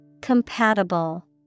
Compatible